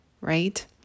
right